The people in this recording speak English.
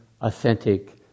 authentic